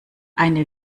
eine